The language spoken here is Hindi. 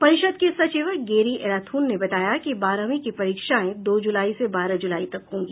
परिषद के सचिव गेरी एराथून ने बताया कि बारहवीं की परीक्षाएं दो जुलाई से बारह ज़लाई तक होंगी